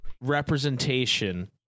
representation